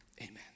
Amen